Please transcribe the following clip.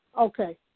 okay